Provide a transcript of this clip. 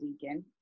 Deacon